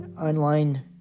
online